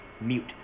Mute